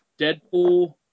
Deadpool